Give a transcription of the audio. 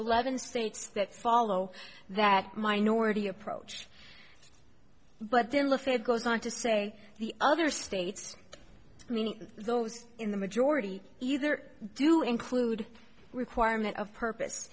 eleven states that follow that minority approach but then let's say it goes on to say the other states meaning those in the majority either do include a requirement of purpose